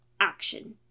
action